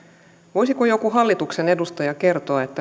voisiko joku hallituksen edustaja kertoa